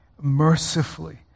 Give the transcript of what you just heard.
mercifully